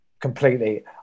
Completely